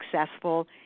successful